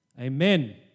Amen